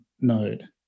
Node